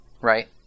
right